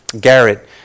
Garrett